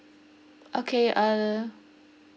okay uh